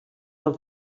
del